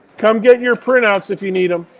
come get your printouts if you need them.